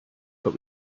but